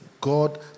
God